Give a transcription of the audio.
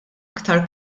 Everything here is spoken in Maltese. iktar